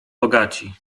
bogaci